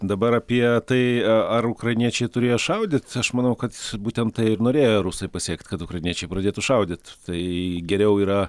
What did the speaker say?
dabar apie tai ar ukrainiečiai turėjo šaudyt aš manau kad būtent tai ir norėjo rusai pasiekti kad ukrainiečiai pradėtų šaudyt tai geriau yra